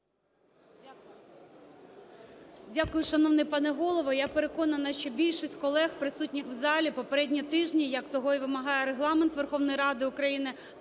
Дякую, шановний пане Голово. Я переконана, що більшість колег, присутніх в залі, попередні тижні, як того і вимагає Регламент Верховної Ради України,